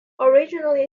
originally